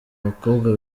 abakobwa